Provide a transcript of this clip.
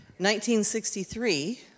1963